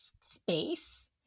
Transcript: space